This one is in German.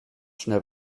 schnell